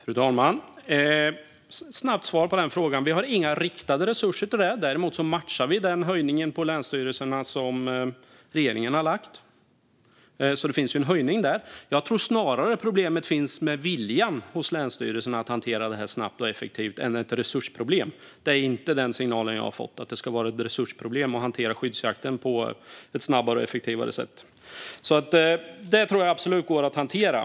Fru talman! Ett snabbt svar på den frågan är att vi inte har några riktade resurser till det. Däremot matchar vi den höjning till länsstyrelserna som regeringen har lagt fram. Det finns alltså en höjning. Jag tror att problemet snarare är viljan hos länsstyrelserna att hantera det snabbt och effektivt än ett resursproblem. Jag har inte fått någon signal om att det ska vara resursproblem som ligger bakom möjligheten att hantera skyddsjakt på ett snabbare och effektivare sätt. Det tror jag alltså absolut går att hantera.